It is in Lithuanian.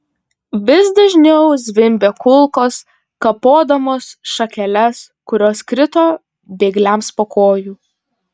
vis dažniau zvimbė kulkos kapodamos šakeles kurios krito bėgliams po kojų